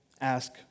ask